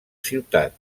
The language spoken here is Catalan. ciutat